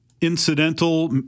incidental